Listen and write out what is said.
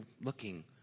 looking